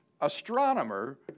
astronomer